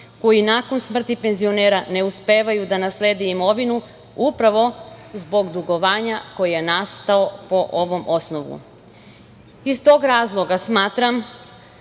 koji nakon smrti penzionera ne uspevaju da naslede imovinu upravo zbog dugovanja koje je nastalo po ovom osnovu. Iz tog razloga smatram